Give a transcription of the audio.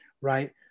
right